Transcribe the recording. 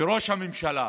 וראש הממשלה